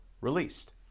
released